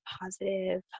positive